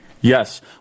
Yes